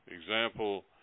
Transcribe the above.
example